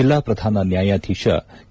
ಜಿಲ್ಲಾ ಪ್ರಧಾನ ನ್ಯಾಯಾದೀಶ ಕೆ